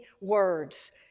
words